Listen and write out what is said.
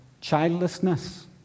childlessness